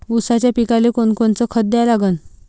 ऊसाच्या पिकाले कोनकोनचं खत द्या लागन?